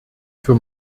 für